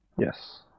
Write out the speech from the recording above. Yes